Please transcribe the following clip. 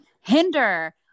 hinder